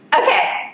Okay